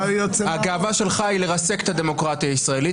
הגאווה שלך היא ריסוק הדמוקרטיה הישראלית,